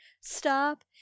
stop